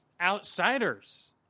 outsiders